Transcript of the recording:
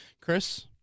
Chris